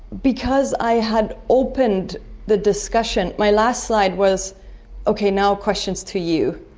because i had opened the discussion, my last slide was okay, now questions to you.